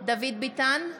דוד ביטן,